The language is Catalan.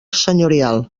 senyorial